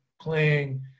playing